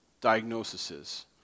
diagnoses